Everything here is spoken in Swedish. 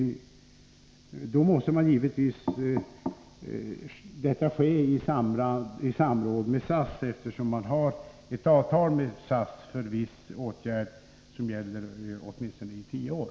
Detta måste givetvis ske i samråd med SAS, eftersom det finns ett avtal med SAS om viss åtgärd som gäller i åtminstone tio år.